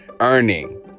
earning